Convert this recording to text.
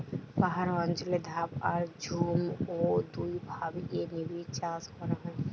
পাহাড় অঞ্চলে ধাপ আর ঝুম ঔ দুইভাবে নিবিড়চাষ করা হয়